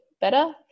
better